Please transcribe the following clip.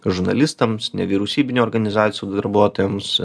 žurnalistams nevyriausybinių organizacijų darbuotojams